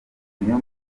niyo